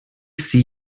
see